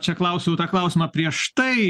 čia klausiau tą klausimą prieš tai